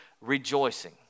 rejoicing